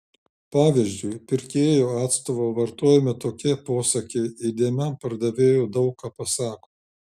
pavyzdžiui pirkėjo atstovo vartojami tokie posakiai įdėmiam pardavėjui daug ką pasako